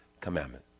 commandment